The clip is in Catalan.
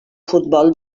futbol